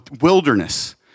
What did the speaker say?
wilderness